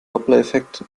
dopplereffekt